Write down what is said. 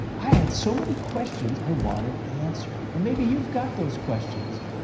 i had so many questions i wanted answered. and maybe you've got those questions.